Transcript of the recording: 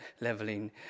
leveling